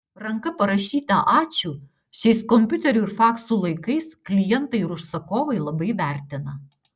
ranka parašytą ačiū šiais kompiuterių ir faksų laikais klientai ir užsakovai labai vertina